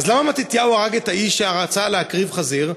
אז למה מתתיהו הרג את האיש שרצה להקריב חזיר?